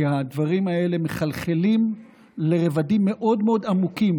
כי הדברים האלה מחלחלים לרבדים מאוד מאוד עמוקים